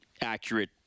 accurate